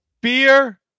Beer